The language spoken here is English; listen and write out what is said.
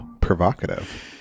Provocative